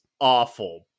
awful